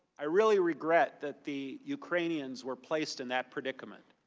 i really regret that the ukrainians were placed in that predicament.